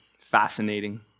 fascinating